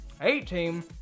eighteen